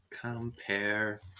Compare